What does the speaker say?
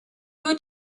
who